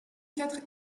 quatre